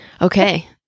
Okay